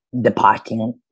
departing